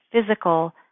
physical